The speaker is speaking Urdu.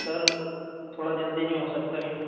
سر تھوڑا جلدی نہیں ہو سکتا کیا